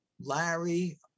Larry